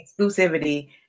exclusivity